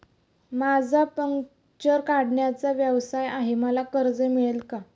माझा पंक्चर काढण्याचा व्यवसाय आहे मला कर्ज मिळेल का?